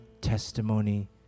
testimony